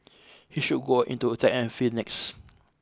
he should go into a track and field next